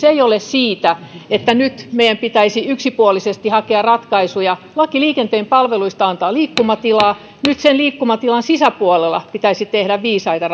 ei ole siitä että nyt meidän pitäisi yksipuolisesti hakea ratkaisuja laki liikenteen palveluista antaa liikkumatilaa nyt sen liikkumatilan sisäpuolella pitäisi tehdä viisaita